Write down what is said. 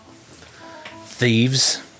Thieves